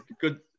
good